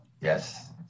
Yes